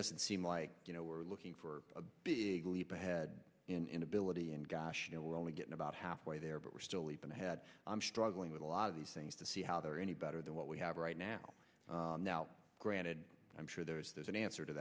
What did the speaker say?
doesn't seem like you know we're looking for a big leap ahead in ability and gosh you know we're only getting about halfway there but we're still even had i'm struggling with a lot of these things to see how they're any better than what we have right now now granted i'm sure there is there's an answer to